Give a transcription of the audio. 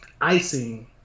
icing